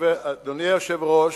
אדוני היושב-ראש,